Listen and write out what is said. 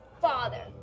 father